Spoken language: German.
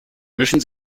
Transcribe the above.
mischen